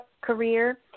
career